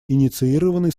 инициированный